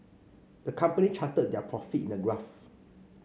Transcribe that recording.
the company charted their profits in a graph